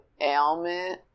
ailment